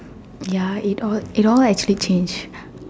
ya it all it all actually changed